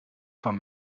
van